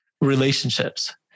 relationships